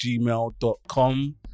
gmail.com